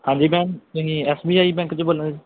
ਹਾਂਜੀ ਮੈਮ ਤੁਸੀਂ S B I bank 'ਚੋਂ ਬੋਲ ਰਹੇ